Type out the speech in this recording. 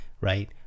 right